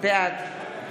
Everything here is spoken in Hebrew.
בעד